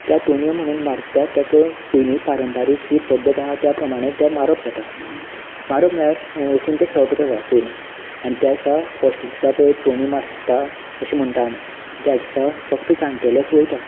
त्या तोणयो म्हणून मारता ताका पयलीं पारंपारीक जी पद्दत आसा त्या प्रमाणे मारप जाता मारप म्हळ्यार वचून ते खेळप जाता पयलीं आनी त्या दिसा फस्ट दिसा पळय तोणी मारता अशे म्हणटा आमी त्या दिसा फक्त जाणटेलेच वयता